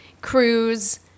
cruise